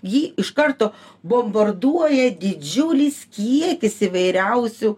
jį iš karto bombarduoja didžiulis kiekis įvairiausių